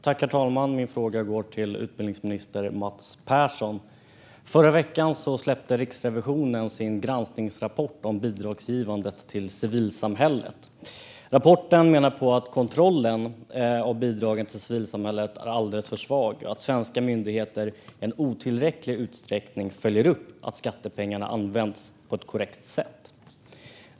Herr talman! Min fråga går till utbildningsminister Mats Persson. I förra veckan släppte Riksrevisionen sin granskningsrapport om bidragsgivandet till civilsamhället. Rapporten menar att kontrollen av bidragen till civilsamhället är alldeles för svag och att svenska myndigheter i otillräcklig utsträckning följer upp att skattepengarna används på ett korrekt sätt.